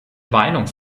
meinung